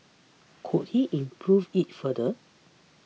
could he improve it further